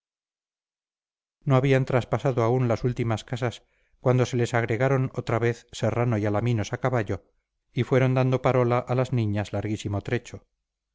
no habían traspasado aún las últimas casas cuando se les agregaron otra vez serrano y alaminos a caballo y fueron dando parola a las niñas larguísimo trecho